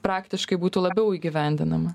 praktiškai būtų labiau įgyvendinama